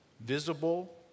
visible